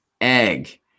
egg